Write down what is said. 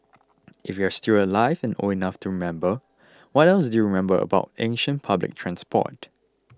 if you're still alive and old enough to remember what else do you remember about ancient public transport